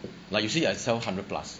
like you see I sell hundred plus